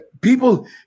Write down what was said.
people